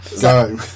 Go